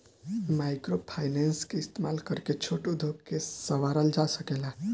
microfinance के इस्तमाल करके छोट उद्योग के सवारल जा सकेला